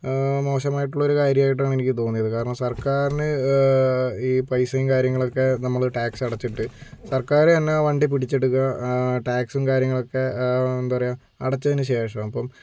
മോശമായിട്ടുള്ള ഒരു കാര്യായിട്ടാണ് എനിക്ക് തോന്നിയത് കാരണം സർക്കാരിന് ഈ പൈസയും കാര്യങ്ങളൊക്കെ നമ്മള് ടാക്സടച്ചിട്ട് സർക്കാര് തന്നെ ആ വണ്ടി പിടിച്ചെടുക്കുക ആ ടാക്സും കാര്യങ്ങളൊക്കെ എന്താ പറയുക അടച്ചതിന് ശേഷം അപ്പം